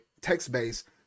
text-based